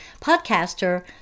podcaster